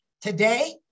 today